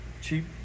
cheap